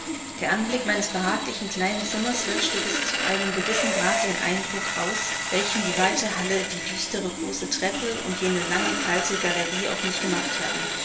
der anblick meines behaglichen kleinen zimmers löschte bis zu einem gewissen grade den eindruck aus welchen die weite halle die düstere große treppe und jene lange kalte galerie auf mich gemacht hatten